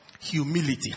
Humility